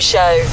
Show